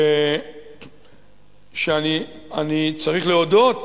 שאני צריך להודות